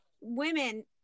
women